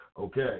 Okay